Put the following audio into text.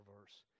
verse